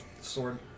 sword